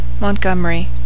Montgomery